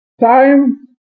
Time